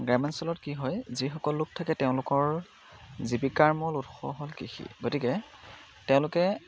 গ্ৰাম্যাঞ্চলত কি হয় যিসকল লোক থাকে তেওঁলোকৰ জীৱিকাৰ মূল উৎস হ'ল কৃষি গতিকে তেওঁলোকে